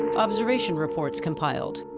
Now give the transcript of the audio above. observation reports compiled.